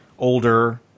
older